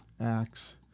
Acts